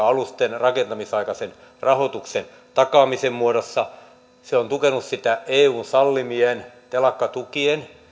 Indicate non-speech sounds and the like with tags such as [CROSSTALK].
[UNINTELLIGIBLE] alusten rakentamisaikaisen rahoituksen takaamisen muodossa se on tukenut sitä eun sallimien telakkatukien